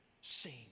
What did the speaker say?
sing